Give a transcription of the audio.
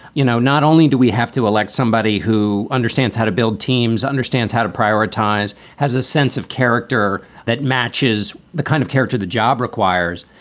you know, not only do we have to elect somebody who understands how to build teams, understands how to prioritize, has a sense of character that matches the kind of character the job requires.